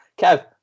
Kev